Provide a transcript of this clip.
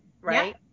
right